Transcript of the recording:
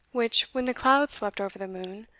which, when the clouds swept over the moon,